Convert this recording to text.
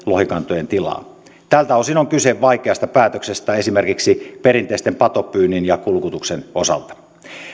lohikantojen tilaa tältä osin on kyse vaikeasta päätöksestä esimerkiksi perinteisten patopyynnin ja kulkutuksen osalta